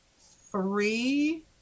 three